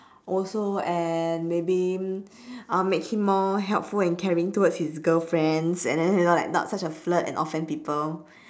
also and maybe uh make him more helpful and caring towards his girlfriends and then you know like not such a flirt and offend people